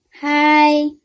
Hi